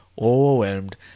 overwhelmed